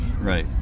Right